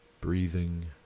Breathing